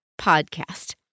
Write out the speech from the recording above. podcast